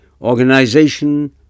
organization